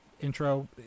intro